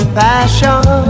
passion